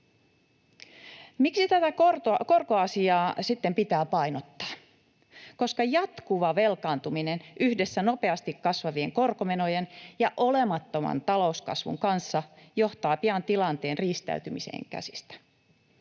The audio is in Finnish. Miksi tätä korkoasiaa sitten pitää painottaa? Koska jatkuva velkaantuminen yhdessä nopeasti kasvavien korkomenojen ja olemattoman talouskasvun kanssa johtavat pian tilanteen riistäytymiseen käsistä.